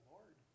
Lord